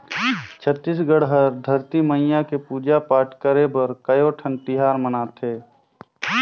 छत्तीसगढ़ हर धरती मईया के पूजा पाठ करे बर कयोठन तिहार मनाथे